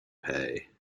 pay